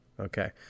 Okay